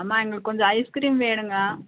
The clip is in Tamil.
அம்மா எங்களுக்கு கொஞ்சம் ஐஸ்கிரீம் வேணுங்க